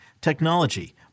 technology